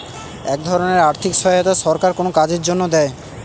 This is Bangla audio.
এক ধরনের আর্থিক সহায়তা সরকার কোনো কাজের জন্য দেয়